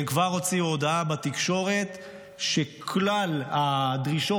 הם כבר הוציאו הודעה בתקשורת שכלל הדרישות